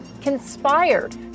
conspired